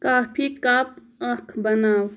کافی cup اکھ بناو